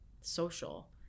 social